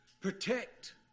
Protect